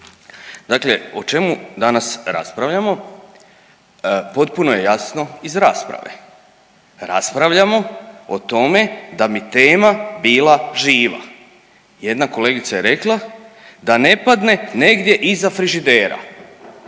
Dakle, o čemu danas raspravljamo, potpuno je jasno iz rasprave, raspravljamo o tome da bi tema bila živa. Jedna kolegica je rekla da ne padne negdje iza frižidera,